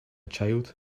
child